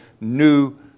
new